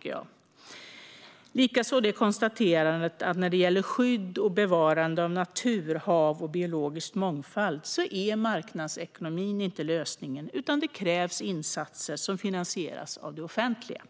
Det gäller likaså konstaterandet att när det gäller skydd och bevarande av natur, hav och biologisk mångfald är marknadsekonomin inte lösningen, utan det krävs insatser som finansieras av det offentliga.